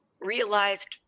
realized